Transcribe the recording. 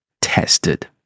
tested